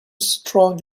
strong